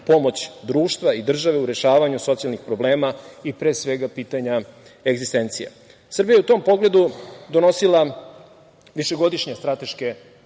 pomoć društva i države u rešavanju socijalnih problema i pre svega pitanja egzistencija. Srbija je u tom pogledu donosila višegodišnje strateške